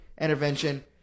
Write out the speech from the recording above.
intervention